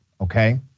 okay